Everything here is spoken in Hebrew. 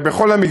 על כל המגוון,